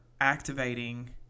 activating